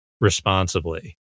responsibly